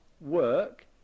work